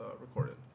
recorded